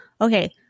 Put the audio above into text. okay